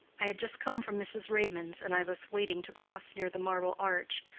i had just come from mrs. raymond's, and i was waiting to cross near the marble arch.